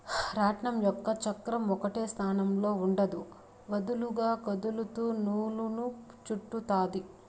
రాట్నం యొక్క చక్రం ఒకటే స్థానంలో ఉండదు, వదులుగా కదులుతూ నూలును చుట్టుతాది